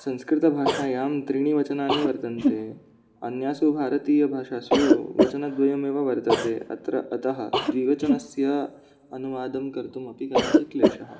संस्कृतभाषायाम् त्रीणि वचनानि वर्तन्ते अन्यासु भारतीयभाषासु वचनद्वयमेव वर्तते अत्र अतः द्विवचनस्य अनुवादं कर्तुम् अपि कदाचित् क्लेशः